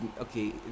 okay